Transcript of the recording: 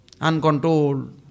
uncontrolled